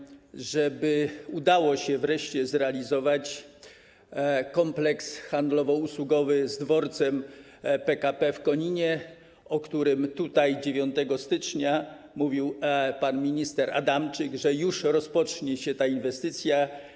Chciałbym też, żeby udało się wreszcie zrealizować kompleks handlowo-usługowy z dworcem PKP w Koninie, o którym tutaj 9 stycznia mówił pan minister Adamczyk, że już rozpocznie się ta inwestycja.